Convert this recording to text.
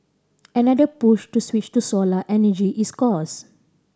another push to switch to solar energy is cost